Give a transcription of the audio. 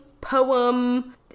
poem